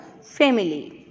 family